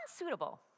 unsuitable